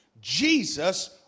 Jesus